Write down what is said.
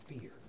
fear